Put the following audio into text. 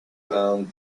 found